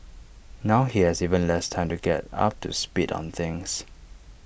now he has even less time to get up to speed on things